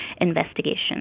investigation